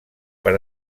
per